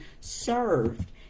served